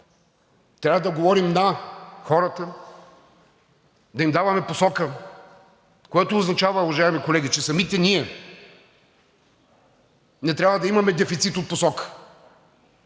трябва да говорим на хората, да им даваме посока, което означава, уважаеми колеги, че самите ние не трябва да имаме дефицит от посока!